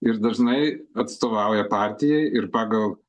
ir dažnai atstovauja partijai ir pagal